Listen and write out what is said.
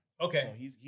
Okay